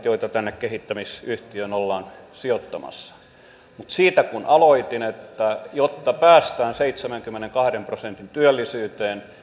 joita tänne kehittämisyhtiöön ollaan sijoittamassa siihen mistä aloitin jotta jotta päästään seitsemänkymmenenkahden prosentin työllisyyteen